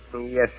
Yes